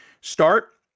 start